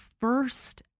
first